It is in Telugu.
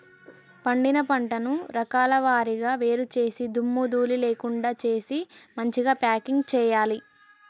పండిన పంటను రకాల వారీగా వేరు చేసి దుమ్ము ధూళి లేకుండా చేసి మంచిగ ప్యాకింగ్ చేయాలి